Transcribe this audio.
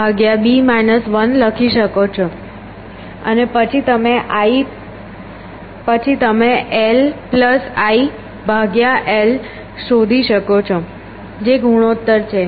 તમે i લખી શકો છો અને પછી તમે l i I શોધી શકો છો જે ગુણોત્તર છે